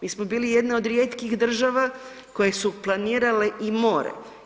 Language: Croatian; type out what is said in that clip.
Mi smo bili jedna od rijetkih država koje su planirale i mire.